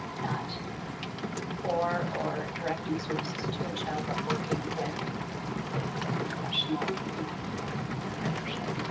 not for or directing services to a child, but working with with the professional and family partnership.